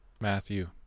Matthew